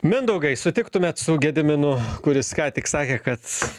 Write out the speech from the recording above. mindaugai sutiktumėt su gediminu kuris ką tik sakė kad